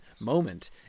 moment